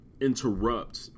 interrupt